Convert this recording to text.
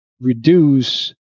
reduce